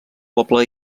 poble